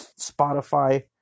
Spotify